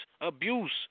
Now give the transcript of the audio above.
Abuse